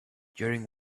during